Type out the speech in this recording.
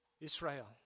Israel